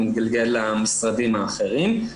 מתגלגל למשרדים האחרים.